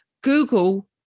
Google